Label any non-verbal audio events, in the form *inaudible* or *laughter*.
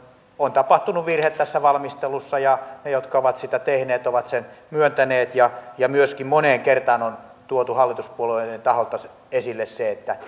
on tapahtunut virhe tässä valmistelussa ja ne jotka ovat sen tehneet ovat sen myöntäneet ja ja myöskin moneen kertaan on tuotu hallituspuolueiden taholta esille se että *unintelligible*